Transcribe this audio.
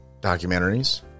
documentaries